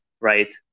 right